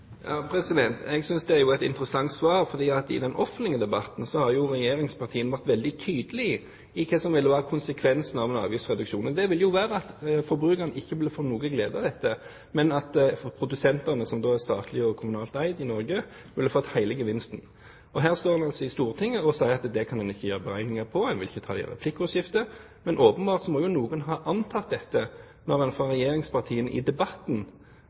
Jeg synes det er et interessant svar, for i den offentlige debatten har regjeringspartiene vært veldig tydelige på hva som ville vært konsekvensen av en avgiftsreduksjon. Det ville vært at forbrukerne ikke fikk noe glede av dette, mens produsentene, som i Norge er statlig og kommunalt eid, ville fått hele gevinsten. Her står statsråden i Stortinget og sier at det kan han ikke gjøre beregninger på, og han vil ikke ta det opp i et replikkordskifte. Åpenbart må noen ha antatt dette, når man fra regjeringspartienes side i debatten